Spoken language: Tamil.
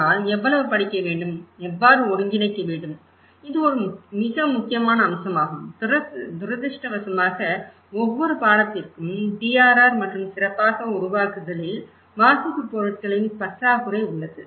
ஆனால் எவ்வளவு படிக்க வேண்டும் எவ்வாறு ஒருங்கிணைக்க வேண்டும் இது ஒரு மிக முக்கியமான அம்சமாகும் துரதிர்ஷ்டவசமாக ஒவ்வொரு பாடத்திற்கும் DRR மற்றும் சிறப்பாக உருவாக்குதலில் வாசிப்புப் பொருட்களின் பற்றாக்குறை உள்ளது